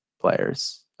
players